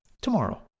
Tomorrow